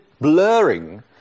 blurring